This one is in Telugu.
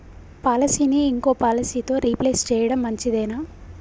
పాలసీని ఇంకో పాలసీతో రీప్లేస్ చేయడం మంచిదేనా?